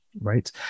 Right